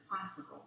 possible